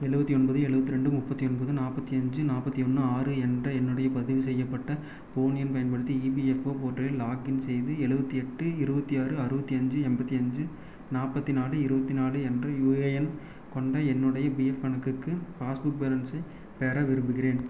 எழுபத்தி ஒன்பது எழுபத் ரெண்டு முப்பத்து ஒன்பது நாற்பத்தி அஞ்சு நாற்பத்தி ஒன்று ஆறு என்ற என்னுடைய பதிவு செய்யப்பட்ட ஃபோன் எண் பயன்படுத்தி இபிஎஃப்ஓ போர்ட்டலில் லாகின் செய்து எழுபத்தி எட்டு இருபத்தி ஆறு அறுபத்தி அஞ்சு எண்பத்தி அஞ்சு நாற்பத்தி நாலு இருபத்தி நாலு என்ற யுஎஎன் கொண்ட என்னுடைய பிஎஃப் கணக்குக்கு பாஸ்புக் பேலன்ஸை பெற விரும்புகிறேன்